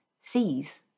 sees